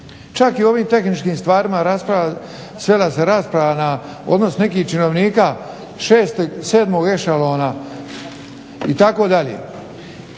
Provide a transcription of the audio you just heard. Čak i o ovim tehničkim stvarima svela se rasprava na odnos nekih činovnika šestog, sedmog e šalona itd.